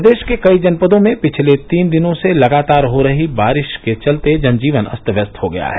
प्रदेश के कई जनपदों में पिछले तीन दिनों से लगातार हो रही बारिश के चलते जनजीवन अस्त व्यस्त हो गया है